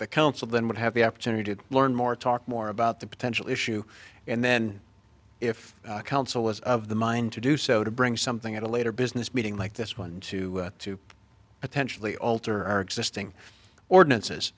the council then would have the opportunity to learn more talk more about the potential issue and then if council is of the mind to do so to bring something at a later business meeting like this one to two potentially alter our existing ordinances